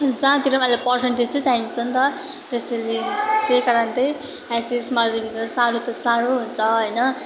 जहाँतिर पनि अहिले त पर्सेन्टेज नै चाहिन्छ नि त त्यसैले त्यही कारण चाहिँ एचएस माध्यमिक साह्रो त साह्रो हुन्छ होइन